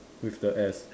with the S